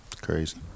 Crazy